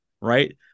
right